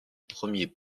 premier